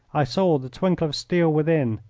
i saw the twinkle of steel within.